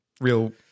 real